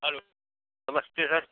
hello नमस्ते sir